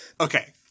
Okay